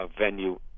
venue